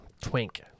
Twink